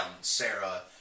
Sarah